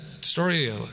story